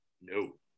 No